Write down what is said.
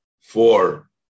four